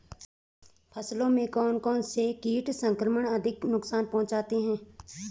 फसलों में कौन कौन से कीट संक्रमण अधिक नुकसान पहुंचाते हैं?